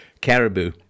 Caribou